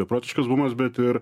beprotiškas bumas bet ir